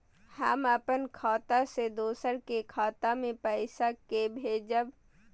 हम अपन खाता से दोसर के खाता मे पैसा के भेजब?